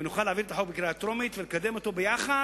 ונוכל להעביר את החוק בקריאה הטרומית ולקדם אותו ביחד,